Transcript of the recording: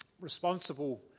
responsible